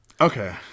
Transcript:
Okay